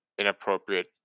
inappropriate